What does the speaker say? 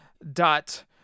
dot